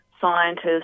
scientists